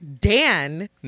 Dan